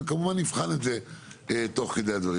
וכמובן נבחן את זה תוך כדי הדברים.